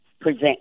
present